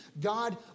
God